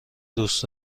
دوست